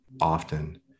often